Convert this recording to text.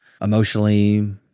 Emotionally